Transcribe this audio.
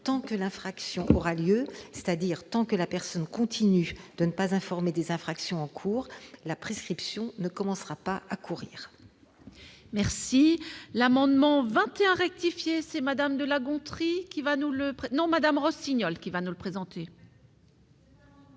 Tant que l'infraction aura lieu, c'est-à-dire tant que la personne continue de ne pas informer des infractions en cours, la prescription ne commencera pas à courir. L'amendement n° 21 rectifié, présenté par Mmes de la Gontrie,